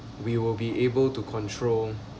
we will be able to control